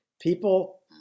People